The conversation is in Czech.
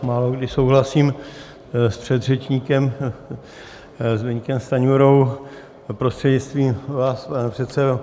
Málokdy souhlasím s předřečníkem Zbyňkem Stanjurou, prostřednictvím vás, pane předsedo.